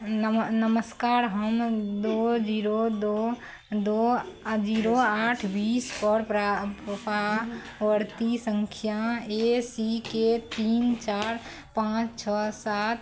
नमस्कार हम दो जीरो दो दो जीरो आठ बीसपर प्रा पा प्रति संख्या ए सी के तीन चार पॉँच छओ सात